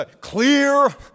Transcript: clear